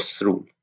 rule